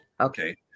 okay